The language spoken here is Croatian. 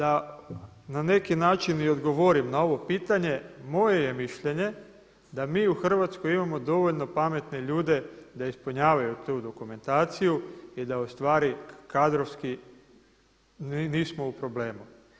E sad, da na neki način i odgovorim na ovo pitanje, moje je mišljenje da mi u Hrvatskoj imamo dovoljno pametne ljude da ispunjavaju tu dokumentaciju i da ustvari kadrovski nismo u problemu.